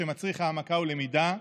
שמצריך העמקה ולמידה,